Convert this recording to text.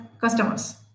customers